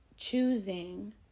Choosing